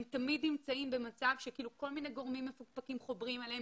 הם תמיד נמצאים במצב שכאילו כל מיני גורמים מפוקפקים חוברים אליהם.